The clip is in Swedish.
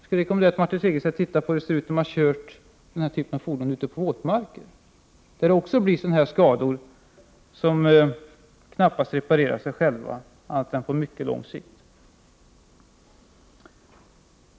Jag rekommenderar Martin Segerstedt att också titta på hur det ser ut när man kört med dessa typer av fordon på våtmarker. Där blir det också skador som 151 Prot. 1988/89:120 knappast reparerar sig själva, annat än på mycket lång sikt.